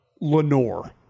Lenore